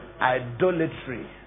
idolatry